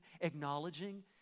acknowledging